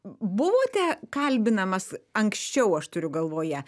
buvote kalbinamas anksčiau aš turiu galvoje